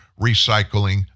recycling